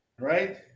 right